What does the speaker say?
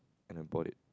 and I bought it